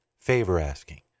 favor-asking